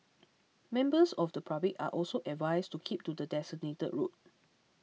members of the public are also advised to keep to the designated route